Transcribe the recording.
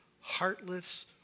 heartless